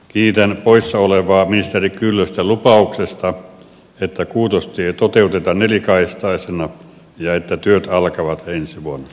kiitän poissa olevaa ministeri kyllöstä lupauksesta että kuutostie toteutetaan nelikaistaisena ja että työt alkavat ensi vuonna